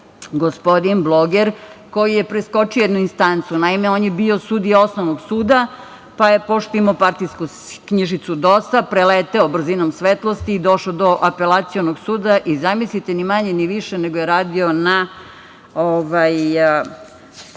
gospodin bloger, koji je preskočio jednu instancu, naime, on je bio sudija Osnovnog suda, pa je, pošto je imao partijsku knjižicu DOS-a, preleteo brzinom svetlosti i došao do Apelacionog suda i, zamislite, ni manje ni više nego je radio na